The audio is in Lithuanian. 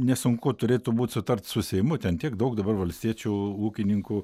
nesunku turėtų būt sutart su seimu ten tiek daug dabar valstiečių ūkininkų